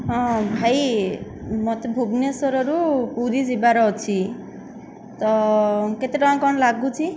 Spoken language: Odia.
ହଁ ଭାଇ ମୋତେ ଭୁବନେଶ୍ଵରରୁ ପୁରୀ ଯିବାର ଅଛି ତ କେତେ ଟଙ୍କା କ'ଣ ଲାଗୁଛି